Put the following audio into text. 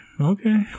okay